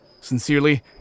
Sincerely